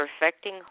perfecting